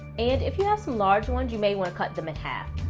and if you have some large ones, you may want to cut them in half.